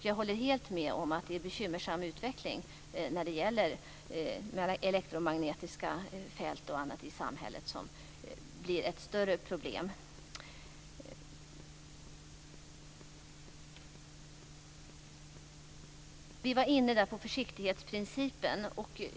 Jag håller helt med om att det är en bekymmersam utveckling när det gäller elektromagnetiska fält och annat i samhället och att det blir ett allt större problem. Vi var inne på försiktighetsprincipen.